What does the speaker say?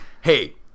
hey